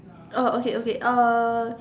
oh okay okay uh